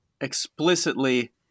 explicitly